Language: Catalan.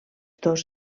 dos